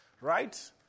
right